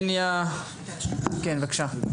הניה מרמורשטיין, בבקשה.